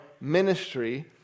ministry